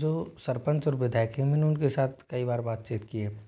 जो सरपंच और विधायक हैं मैंने उन के साथ कई बार बातचीत की है